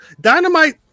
dynamite